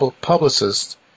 publicist